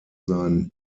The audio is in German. sein